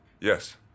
Yes